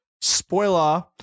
spoiler